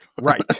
Right